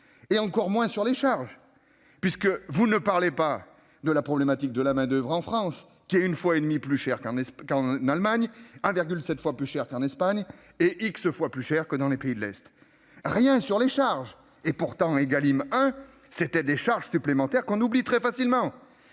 et encore moins sur les charges ! Vous ne parlez pas de la problématique de la main-d'oeuvre en France, qui est 1,5 fois plus chère qu'en Allemagne, 1,7 fois plus chère qu'en Espagne et x fois plus chère que dans les pays de l'Est ! Rien sur les charges, donc ; pourtant, Égalim 1 a créé des charges supplémentaires, qu'on a facilement